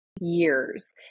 years